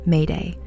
Mayday